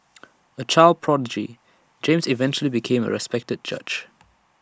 A child prodigy James eventually became A respected judge